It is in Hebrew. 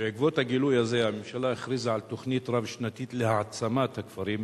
בעקבות הגילוי הזה הממשלה הכריזה על תוכנית רב-שנתית להעצמת הכפרים,